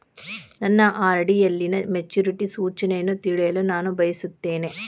ನನ್ನ ಆರ್.ಡಿ ಯಲ್ಲಿನ ಮೆಚುರಿಟಿ ಸೂಚನೆಯನ್ನು ತಿಳಿಯಲು ನಾನು ಬಯಸುತ್ತೇನೆ